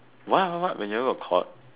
what what what when you all got caught